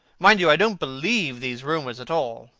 mind you, i don't believe these rumours at all.